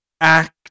act